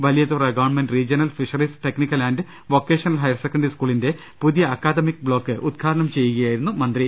Valiyathura government regional fisheries technical and vocational higher secondary സ്കൂളിന്റെ പുതിയ academic block ഉദ്ഘാടനം ചെയ്യുകയായിരുന്നു മന്ത്രി